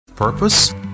purpose